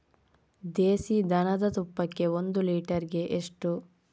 ದೇಸಿ ದನದ ತುಪ್ಪಕ್ಕೆ ಒಂದು ಲೀಟರ್ಗೆ ಎಷ್ಟು?